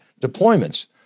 deployments